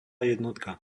jednotka